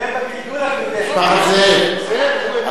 זה בגלגול, משפחת זאב.